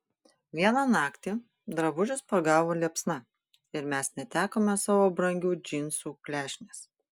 vieną naktį drabužius pagavo liepsna ir mes netekome savo brangių džinsų klešnės